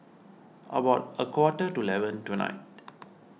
about a quarter to eleven tonight